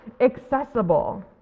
accessible